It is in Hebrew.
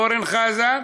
אורן חזן: